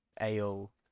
ale